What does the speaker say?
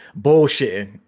bullshitting